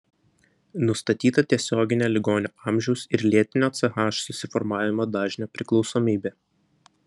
nustatyta tiesioginė ligonio amžiaus ir lėtinio ch susiformavimo dažnio priklausomybė